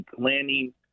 planning